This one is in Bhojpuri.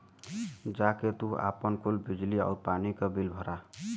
जा के तू आपन कुल बिजली आउर पानी क बिल भरा